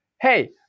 hey